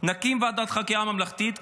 אנחנו נקים ועדת חקירה ממלכתית,